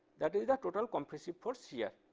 that is the total compressive force here.